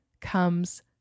comes